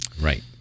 Right